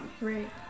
Right